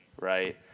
Right